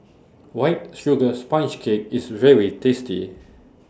White Sugar Sponge Cake IS very tasty